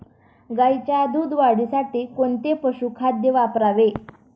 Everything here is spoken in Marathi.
गाईच्या दूध वाढीसाठी कोणते पशुखाद्य वापरावे?